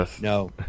No